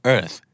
Earth